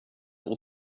och